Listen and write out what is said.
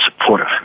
supportive